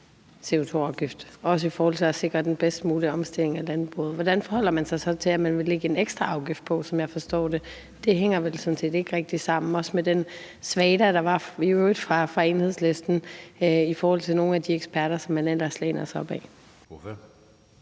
også i forhold til at sikre den bedst mulige omstilling af landbruget – hvordan forholder man sig så til, at man vil lægge en ekstra afgift på, som jeg forstår det? Det hænger vel sådan set ikke rigtig sammen, også med den svada, der i øvrigt var fra Enhedslisten, i forhold til nogle af de eksperter, som man ellers læner sig op ad.